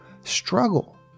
struggle